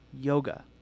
Yoga